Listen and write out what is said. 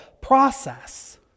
process